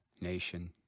Nation